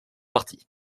parti